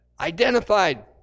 identified